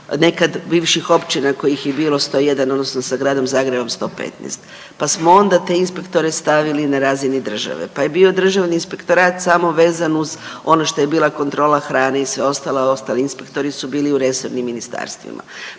nekad bivših općina kojih je bilo 101 odnosno sa gradom Zagrebom 115, pa smo onda te inspektore stavili na razini države, pa je bio Državni inspektorat samo vezan uz ono što je bila kontrola hrane i sve ostali, ostali inspektori u resornim ministarstvima,